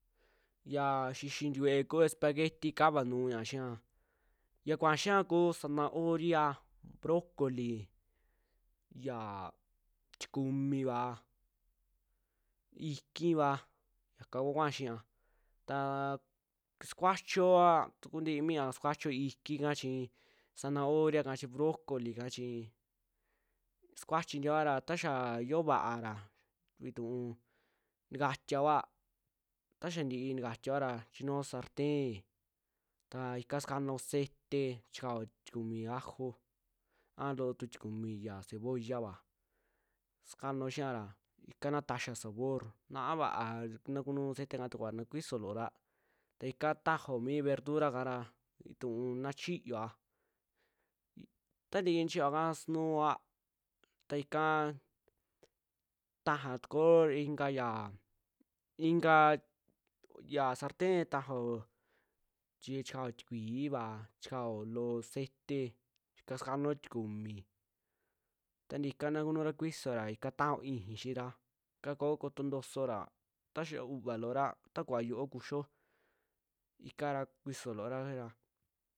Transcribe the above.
Yaa xixii ntikuee ku spagueti kava nuu ña'a xiaa, ya kuaa xiaa kuu sanahoria, brocoli, yaa tikumiaa, ikivaa yaka kuu kuaa xiaa, taa sukuachioa takuuntii mi ña'aka, sukuachioa ikii ika, chii sanahoria kachi brocolika, chi sukuachi ntiyora ta xaa yoo va'a ra vituu ntikatiaoa, taa xaa ntii ntikatiaoa ra chinuuo sarten, ta ika sukanao, chikaao loo tikumi ajo a loo tu tikumi cebollava sukanao xiiara ika naa taxiaa sabor, naa vaa na kunuu seeteka ta kuva na kuisoloora ta ika tajaao mi verdura kara vituu na chiiyoa, taa ntii nichiyoaka sunuuoa ta ikaa tajatukuo ikaa yaa ikaa ya sarten kajaao chii kikaao tikuiiva chikaoo loo ceite ika sakanao tikuumi, tanti ika nakunura kuisoora ika tajao ixii xiira, ika ko'o kotontosoora ta xaa u'uva loora ta kuva yu'uo kuxio ikara kuisoo lora ra.